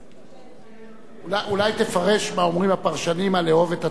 אולי תפרש מה אומרים הפרשנים על "אהוב את התורה ושנא את הרבנות".